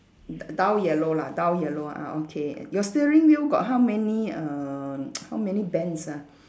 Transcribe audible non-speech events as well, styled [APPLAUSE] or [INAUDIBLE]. d~ dull yellow lah dull yellow ah ah okay your steering wheel got how many err [NOISE] how many bands ah